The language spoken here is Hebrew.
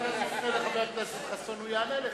אם תפנה לחבר הכנסת חסון, הוא יענה לך.